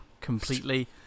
completely